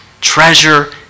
Treasure